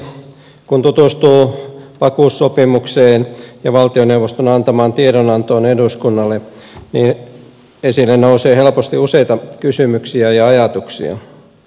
kun tutustuu vakuussopimukseen ja valtioneuvoston antamaan tiedonantoon eduskunnalle niin esille nousee helposti useita kysymyksiä ja ajatuksia